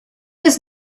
was